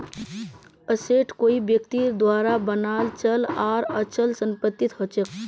asset कोई व्यक्तिर द्वारा बनाल चल आर अचल संपत्ति हछेक